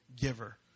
giver